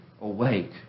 awake